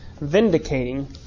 vindicating